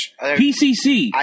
PCC